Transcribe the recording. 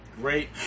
Great